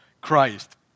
Christ